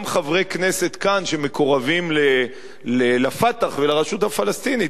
גם חברי כנסת כאן שמקורבים ל"פתח" ולרשות הפלסטינית,